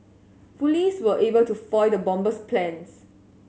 police were able to foil the bomber's plans